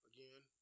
Again